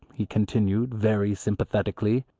he continued, very sympathetically.